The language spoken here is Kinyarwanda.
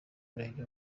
murenge